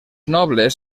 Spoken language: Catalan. nobles